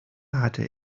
hatte